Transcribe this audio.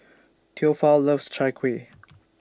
Theophile loves Chai Kueh